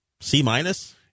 C-minus